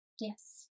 Yes